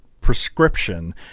prescription